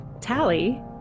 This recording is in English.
Tally